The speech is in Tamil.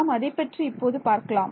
நாம் அதைப் பற்றி இப்போது பார்க்கலாம்